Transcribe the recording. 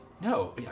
No